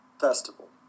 festival